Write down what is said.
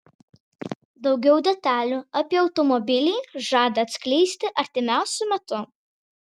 daugiau detalių apie automobilį žada atskleisti artimiausiu metu